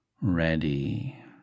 ready